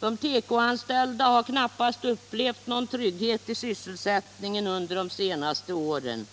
De tekoanställda har knappast upplevt någon trygghet i sysselsättningen under de senaste åren.